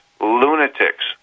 Lunatics